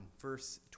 verse